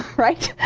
right?